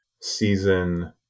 Season